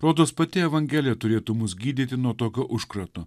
rodos pati evangelija turėtų mus gydyti nuo tokiu užkratu